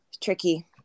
tricky